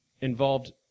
involved